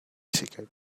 ticket